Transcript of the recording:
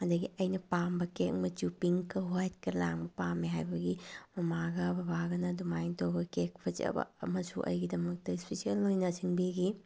ꯑꯗꯒꯤ ꯑꯩꯅ ꯄꯥꯝꯕ ꯀꯦꯛ ꯃꯆꯨ ꯄꯤꯡꯛꯀ ꯍ꯭ꯋꯥꯏꯠꯀ ꯂꯥꯡꯕ ꯄꯥꯝꯃꯦ ꯍꯥꯏꯕꯒꯤ ꯃꯃꯥꯒ ꯕꯕꯥꯒꯅ ꯑꯗꯨꯃꯥꯏꯅ ꯇꯧꯕ ꯀꯦꯛ ꯐꯖꯕ ꯑꯃꯁꯨ ꯑꯩꯒꯤꯗꯃꯛꯇ ꯏꯁꯄꯤꯁꯦꯜ ꯑꯣꯏꯅ ꯁꯤꯡꯕꯤꯈꯤ